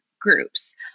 groups